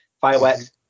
Fireworks